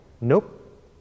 Nope